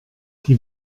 die